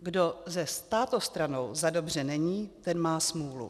Kdo se státostranou zadobře není, ten má smůlu.